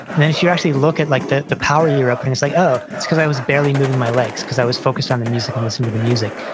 then if you actually look at like the the power europe and it's like, oh it's because i was barely moving my legs because i was focused on the music and listening to the music.